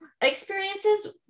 experiences